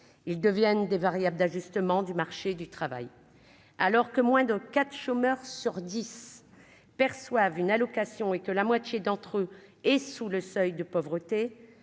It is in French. ils deviennent des variables d'ajuster. Seulement du marché du travail alors que moins de 4 chômeurs sur 10 perçoivent une allocation, et que la moitié d'entre eux, et sous le seuil de pauvreté,